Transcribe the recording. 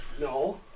No